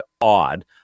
odd